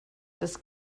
das